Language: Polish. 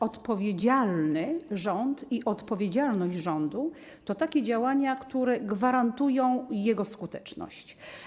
Odpowiedzialny rząd i odpowiedzialność rządu oznaczają takie działania, które gwarantują jego skuteczność.